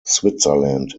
switzerland